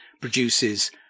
produces